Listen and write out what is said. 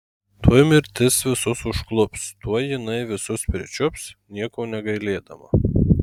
tuoj mirtis visus užklups tuoj jinai visus pričiups nieko negailėdama